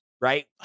right